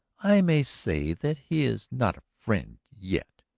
i may say that he is not a friend. yet.